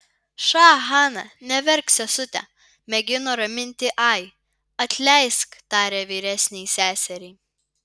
ša hana neverk sesute mėgino raminti ai atleisk tarė vyresnei seseriai